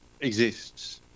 exists